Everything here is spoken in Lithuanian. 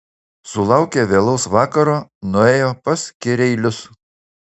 sulaukę vėlaus vakaro nuėjo pas kireilius